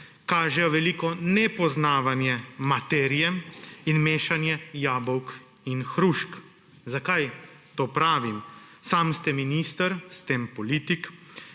kažejo veliko nepoznavanje materije in mešanje jabolk in hrušk. Zakaj to pravim? Sami ste minister, s tem politik,